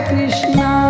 Krishna